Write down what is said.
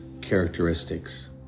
characteristics